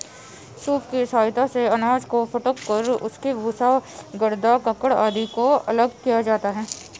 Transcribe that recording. soup की सहायता से अनाज को फटक कर उसके भूसा, गर्दा, कंकड़ आदि को अलग किया जाता है